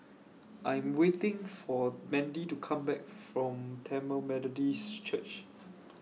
I Am waiting For Mandy to Come Back from Tamil Methodist Church